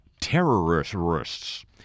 terrorists